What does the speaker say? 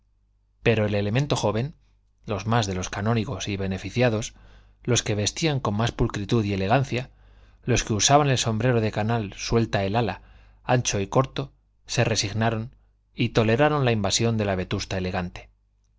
pero el elemento joven los más de los canónigos y beneficiados los que vestían con más pulcritud y elegancia los que usaban el sombrero de canal suelta el ala ancho y corto se resignaron y toleraron la invasión de la vetusta elegante